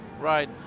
Right